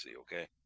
okay